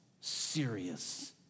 serious